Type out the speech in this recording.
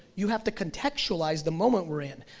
you have to contextualize the moment we're in,